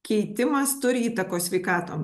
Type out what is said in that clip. keitimas turi įtakos sveikatom